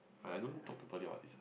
I don't talk to people about this